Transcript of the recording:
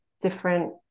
different